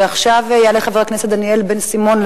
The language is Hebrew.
ועכשיו יעלה חבר הכנסת דניאל בן-סימון,